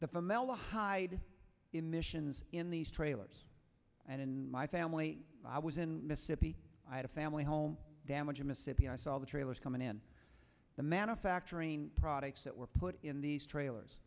formaldehyde emissions in these trailers and in my family i was in mississippi i had a family home damage in mississippi i saw the trailers come in in the manufacturing products that were put in these trailers